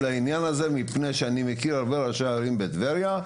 הרבה ראשי ערים בטבריה,